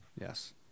Yes